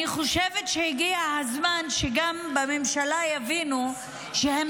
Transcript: אני חושבת שהגיע הזמן שגם בממשלה יבינו שהם